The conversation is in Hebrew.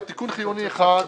קוסאי,